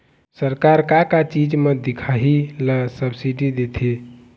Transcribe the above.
सरकार का का चीज म दिखाही ला सब्सिडी देथे?